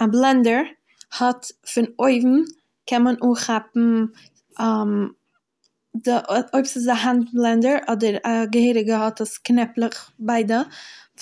א בלענדער האט פון אויבן קען מען אנכאפן די אויב ס'איז א הענד בלענדער אדער א געהעריגע האט עס קנעפלעך ביידע